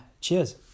cheers